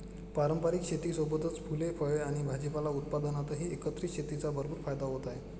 पारंपारिक शेतीसोबतच फुले, फळे आणि भाजीपाला उत्पादनातही एकत्रित शेतीचा भरपूर फायदा होत आहे